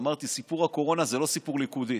אמרתי, סיפור הקורונה זה לא סיפור ליכודי.